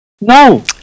No